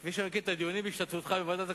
כפי שאני מכיר את הדיונים בהשתתפותך בוועדת הכספים,